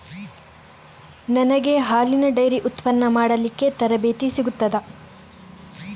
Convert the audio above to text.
ನನಗೆ ಹಾಲಿನ ಡೈರಿ ಉತ್ಪನ್ನ ಮಾಡಲಿಕ್ಕೆ ತರಬೇತಿ ಸಿಗುತ್ತದಾ?